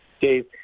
Dave